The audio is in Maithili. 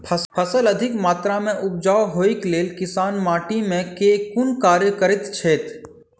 फसल अधिक मात्रा मे उपजाउ होइक लेल किसान माटि मे केँ कुन कार्य करैत छैथ?